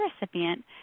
recipient